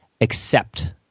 accept